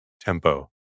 Tempo